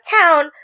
town